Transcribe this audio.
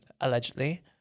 Allegedly